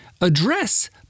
address